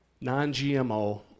non-GMO